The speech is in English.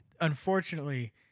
unfortunately